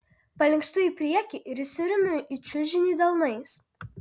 palinkstu į priekį ir įsiremiu į čiužinį delnais